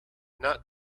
not